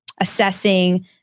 assessing